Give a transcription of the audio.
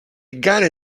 gare